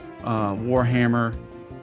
Warhammer